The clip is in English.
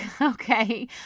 Okay